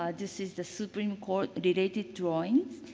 ah this is the supreme court related drawings,